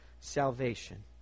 salvation